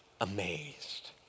amazed